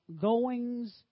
goings